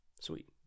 sweet